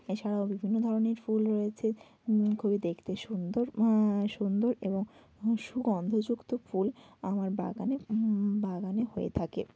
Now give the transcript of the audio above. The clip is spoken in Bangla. এছাড়াও বিভিন্ন ধরনের ফুল রয়েছে খুবই দেখতে সুন্দর সুন্দর এবং সুগন্ধযুক্ত ফুল আমার বাগানে বাগানে হয়ে থাকে